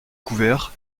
couvert